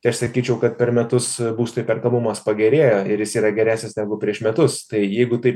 tai aš sakyčiau kad per metus būsto įperkamumas pagerėjo ir jis yra geresnis negu prieš metus tai jeigu taip